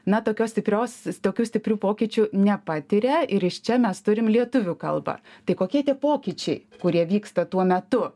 na tokios stiprios tokių stiprių pokyčių nepatiria ir iš čia mes turim lietuvių kalbą tai kokie tie pokyčiai kurie vyksta tuo metu